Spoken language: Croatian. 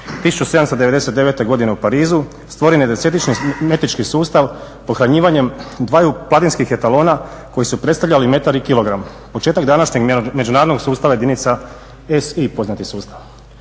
1799. godine u Parizu stvoren je … metrički sustav pohranjivanjem dvaju platinskih etalona koji su predstavljali metar i kilogram, početak današnjeg međunarodnog sustava jedinica … poznati sustav.